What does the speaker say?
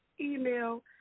email